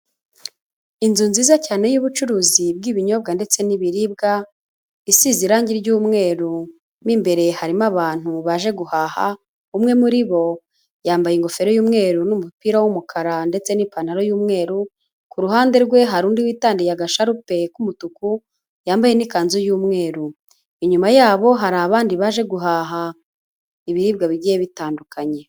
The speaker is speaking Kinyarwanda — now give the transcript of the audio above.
Inzu nziza cyane y'ubucuruzi bw'ibinyobwa ndetse n'ibiribwa, isize irangi ry'umweru, mo imbere harimo abantu baje guhaha, umwe muri bo yambaye ingofero y'umweru n'umupira w'umukara ndetse n'ipantaro y'umweru, ku ruhande rwe hari undi witandiye agasharupe k'umutuku yambaye n'ikanzu y'umweru. Inyuma yabo hari abandi baje guhaha ibiribwa bigiye bitandukanye.